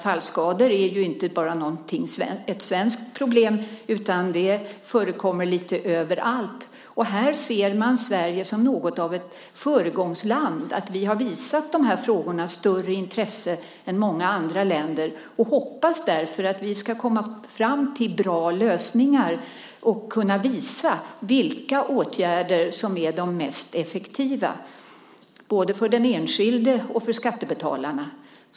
Fallskador är inte bara ett svenskt problem, utan de förekommer lite överallt. Här ser man Sverige som något av ett föregångsland. Vi har visat de här frågorna större intresse än många andra länder. Jag hoppas därför att vi ska komma fram till bra lösningar och kunna visa vilka åtgärder som är de mest effektiva både för den enskilde och för skattebetalarna.